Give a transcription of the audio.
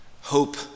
Hope